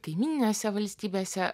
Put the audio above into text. kaimyninėse valstybėse